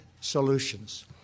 solutions